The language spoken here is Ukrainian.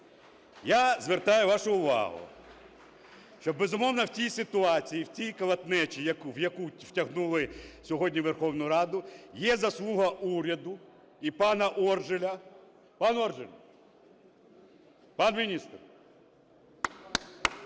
Я звертаю вашу увагу, що, безумовно, в тій ситуації, в тій колотнечі, в яку втягнули сьогодні Верховну Раду, є заслуга уряду і пана Оржеля. Пан Оржель, пан міністр!